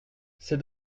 c’est